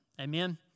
Amen